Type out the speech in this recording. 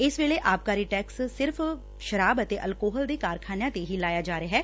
ਇਸ ਵੇਲੇ ਆਬਕਾਰੀ ਟੈਕਸ ਸਿਰਫ਼ ਸ਼ਰਾਬ ਤੇ ਅਹਕੋਹਲ ਦੇ ਕਾਰਖਾਨਿਆਂ ਤੇ ਹੀ ਲਾਇਆ ਜਾ ਰਿਹੈ